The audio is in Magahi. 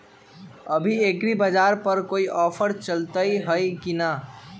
अभी एग्रीबाजार पर कोई ऑफर चलतई हई की न?